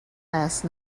last